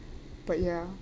but ya